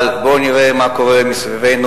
אבל בואו נראה מה קורה מסביבנו,